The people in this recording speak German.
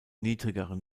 niedrigeren